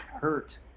hurt